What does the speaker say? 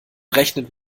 rechnet